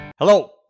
Hello